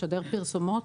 לשדר פרסומות.